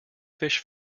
fish